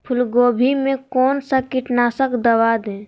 फूलगोभी में कौन सा कीटनाशक दवा दे?